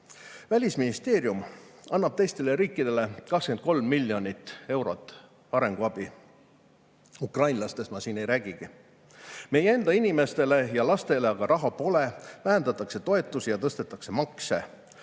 asendamiseks. Välisministeerium annab teistele riikidele 23 miljonit eurot arenguabi. Ukrainlastest ma siin ei räägigi. Meie enda inimestele ja lastele aga raha pole, vähendatakse toetusi ja tõstetakse makse.